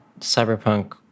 cyberpunk